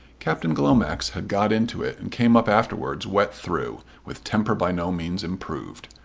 captain glomax had got into it and came up afterwards wet through, with temper by no means improved.